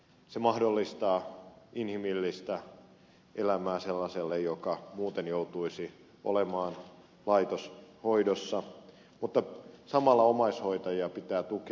se mahdollistaa inhimillistä elämää sellaiselle joka muuten joutuisi olemaan laitoshoidossa mutta samalla omaishoitajia pitää tukea